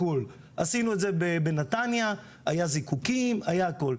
עשינו את זה בנתניה, היה זיקוקים, היה הכול.